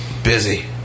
busy